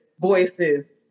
voices